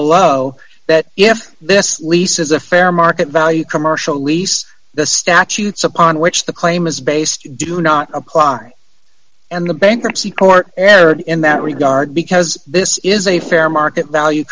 below that if this lease is a fair market value commercial lease the statutes upon which the claim is based do not apply and the bankruptcy court erred in that regard because this is a fair market value